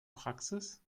praxis